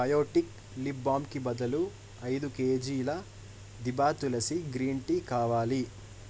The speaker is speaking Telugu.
బయోటిక్ లిప్ బామ్కి బదులు ఐదు కేజీల దిభా తులసీ గ్రీన్ టీ కావాలి